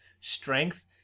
strength